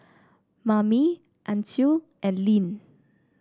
Mamie Ancil and Linn